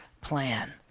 plan